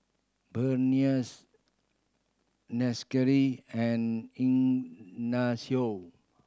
Berniece Nichelle and Ignacio